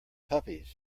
puppies